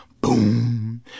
boom